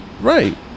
right